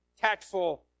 tactful